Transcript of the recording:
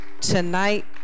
Tonight